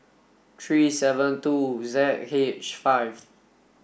three seven two Z H five